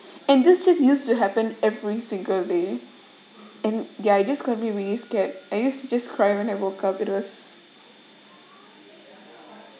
and this was used to happen every single day and ya I'm just going to be really scared I used to just cry when I woke up it was